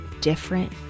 different